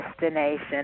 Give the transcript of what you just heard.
destination